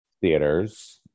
theaters